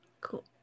cool